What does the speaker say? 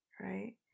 right